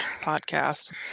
podcast